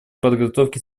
подготовки